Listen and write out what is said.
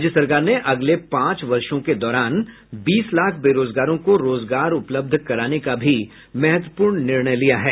राज्य सरकार ने अगले पांच वर्षो के दौरान बीस लाख बेरोजगारों को रोजगार उपलब्ध कराने का भी महत्वपूर्ण निर्णय लिया है